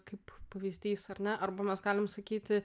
kaip pavyzdys ar ne arba mes galim sakyti